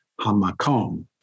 hamakom